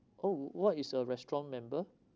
oh what is a restaurant member